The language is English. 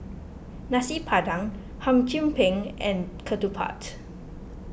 Nasi Padang Hum Chim Peng and Ketupat